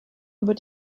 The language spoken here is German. über